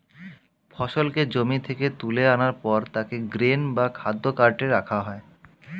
ফসলকে জমি থেকে তুলে আনার পর তাকে গ্রেন বা খাদ্য কার্টে রাখা হয়